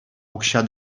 укҫа